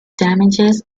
damages